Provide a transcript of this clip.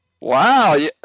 Wow